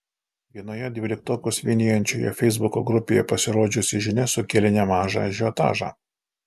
vienoje dvyliktokus vienijančioje feisbuko grupėje pasirodžiusi žinia sukėlė nemažą ažiotažą